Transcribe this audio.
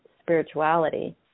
spirituality